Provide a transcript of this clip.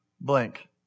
blank